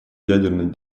ядерной